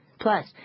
Plus